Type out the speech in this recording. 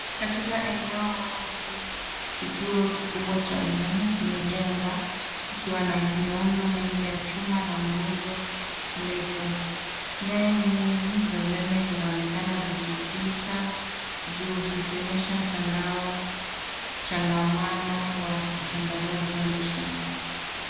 Katika eneo wazi kituo kikubwa cha umeme kimejengwa kikiwa na miundo mingi ya chuma na nguzo ndefu. Nyaya nyingi za umeme zinaonekana zikipita juu, zikionyesha mtandao changamano wa usambazaji wa nishati.